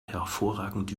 hervorragend